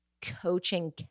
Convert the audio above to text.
coaching